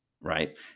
right